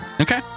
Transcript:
Okay